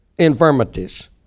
infirmities